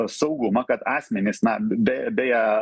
saugumą kad asmenys na be beje